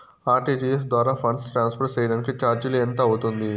RTGS ద్వారా funds transfer సేయడానికి చార్జీలు ఎంత అవుతుంది